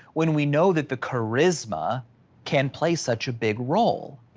when we know that the charisma can play such a big role.